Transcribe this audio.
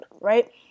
right